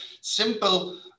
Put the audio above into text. simple